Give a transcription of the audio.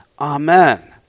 Amen